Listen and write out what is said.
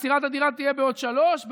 מסירת הדירה תהיה בעוד שלוש,